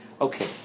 Okay